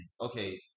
Okay